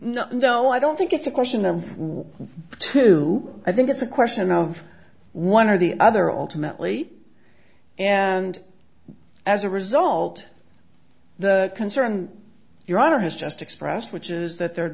no no i don't think it's a question of two i think it's a question of one or the other alternately and as a result the concern your honor has just expressed which is that there'd